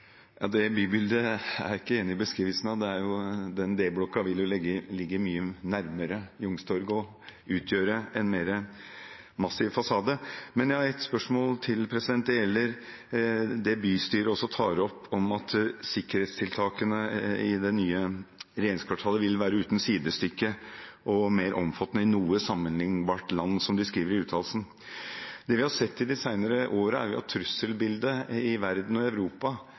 Det bybildet er jeg ikke enig i beskrivelsen av. D-blokka vil jo ligge mye nærmere Youngstorget og utgjøre en mer massiv fasade. Men jeg har et spørsmål til. Det gjelder det også bystyret tar opp, om at sikkerhetstiltakene i det nye regjeringskvartalet vil være uten sidestykke og mer omfattende enn i noe sammenlignbart land, som de skriver i uttalelsen. Det vi har sett i de senere årene, er at trusselbildet i verden og i Europa